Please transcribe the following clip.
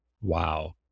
Wow